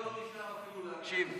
שנייה הוא לא נשאר אפילו להקשיב.